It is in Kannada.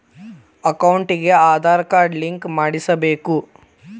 ಅಕೌಂಟಿಗೆ ಆಧಾರ್ ಕಾರ್ಡ್ ಲಿಂಕ್ ಮಾಡಿಸಬೇಕು?